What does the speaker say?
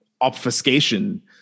obfuscation